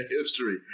history